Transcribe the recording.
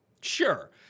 Sure